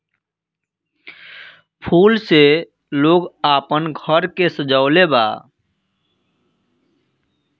फूल से लोग आपन घर के सजावे ला